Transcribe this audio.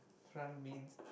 front means